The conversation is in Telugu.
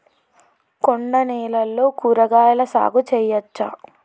కొండ నేలల్లో కూరగాయల సాగు చేయచ్చా?